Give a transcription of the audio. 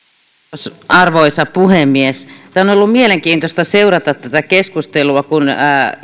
arvoisa puhemies on ollut mielenkiintoista seurata tätä keskustelua kun